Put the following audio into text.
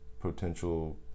potential